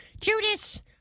Judas